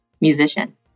musician